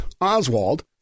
Oswald